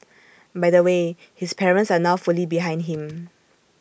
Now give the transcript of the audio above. by the way his parents are now fully behind him